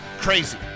crazy